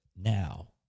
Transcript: now